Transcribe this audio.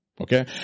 okay